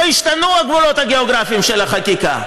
לא השתנו הגבולות הגיאוגרפיים של החקיקה.